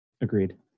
Agreed